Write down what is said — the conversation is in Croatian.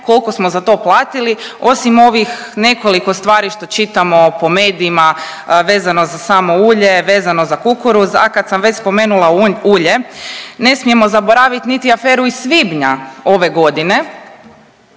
kolko smo za to platili, osim ovih nekoliko stvari što čitamo po medijima vezano za samo ulje, vezano za kukuruz, a kad sam već spomenula ulje ne smijemo zaboravit niti aferu iz svibnja ove godine